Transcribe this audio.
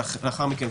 ולאחר מכן,